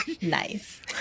Nice